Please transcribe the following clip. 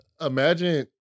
Imagine